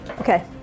okay